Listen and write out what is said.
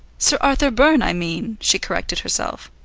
sir arthur byrne, i mean, she corrected herself.